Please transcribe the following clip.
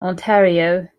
ontario